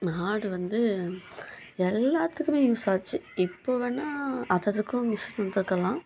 மாடு வந்து எல்லாத்துக்குமே யூஸ் ஆச்சு இப்போது வேணா அததுக்கும் மிஷின் வந்திருக்கலாம்